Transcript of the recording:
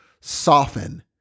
soften